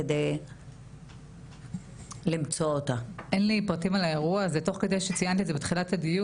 אז את תחתמי על המכתב שאני היום מפנה לשר?